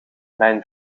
mijn